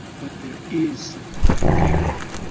but there is something that can.